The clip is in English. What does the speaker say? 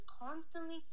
constantly